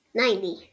ninety